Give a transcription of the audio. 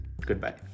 goodbye